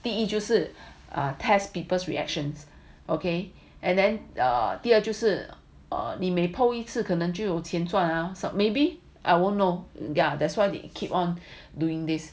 第一就是 test people's reactions okay and then 第二就是他们每 post 一次可能就有钱赚啊 so maybe I won't know cause that's why they keep on doing this